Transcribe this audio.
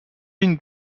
une